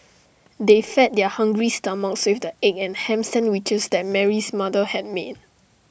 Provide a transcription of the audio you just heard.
they fed their hungry stomachs egg and Ham Sandwiches that Mary's mother have made